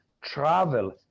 travel